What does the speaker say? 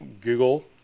Google